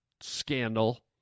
scandal